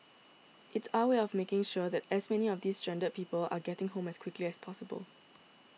it's our way of making sure that as many of these stranded people are getting home as quickly as possible